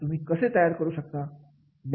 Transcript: तुम्ही कसे तयार करून ठेवू शकता